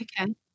okay